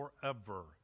forever